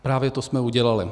Právě to jsme udělali.